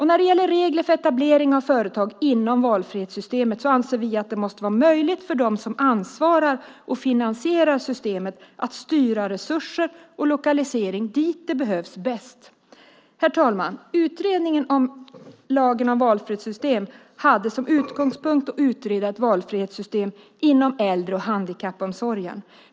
När det gäller regler för etablering av företag inom valfrihetssystemet anser vi att det måste vara möjligt för dem som ansvarar för och som finansierar systemet att styra resurser och lokalisering dit där de bäst behövs. Herr talman! Utgångspunkten för utredningen om lagen om valfrihetssystem, LOV, var att utreda ett valfrihetssystem inom äldre och handikappomsorgen.